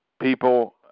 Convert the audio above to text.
People